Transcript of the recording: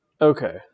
Okay